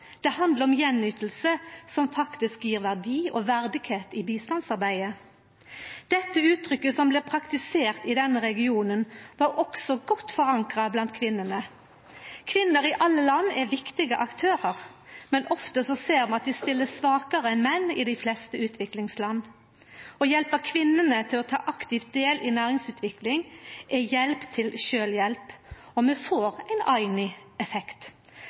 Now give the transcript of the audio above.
Det handlar om gjenyting, som faktisk gjev verdi og verdigheit i bistandsarbeidet. Dette uttrykket, som blei praktisert i denne regionen, var også godt forankra blant kvinnene. Kvinner i alle land er viktige aktørar, men ofte ser vi at dei stiller svakare enn menn i dei fleste utviklingslanda. Å hjelpa kvinnene til aktivt å ta del i næringsutvikling er hjelp til sjølvhjelp, og vi får ein